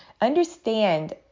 understand